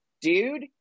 dude